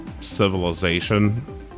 Civilization